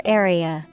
area